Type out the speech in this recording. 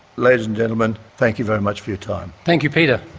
ladies and gentlemen, thank you very much for your time. thank you peter.